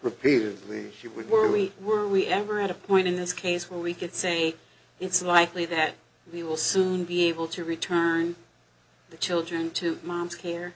repeatedly she we were we were we ever at a point in this case where we could say it's likely that we will soon be able to return the children to mom's ca